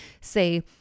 say